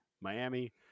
Miami